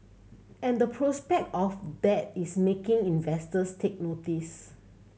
and the prospect of that is making investors take notice